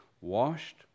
washed